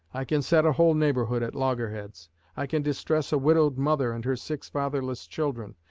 i can set a whole neighborhood at loggerheads i can distress a widowed mother and her six fatherless children,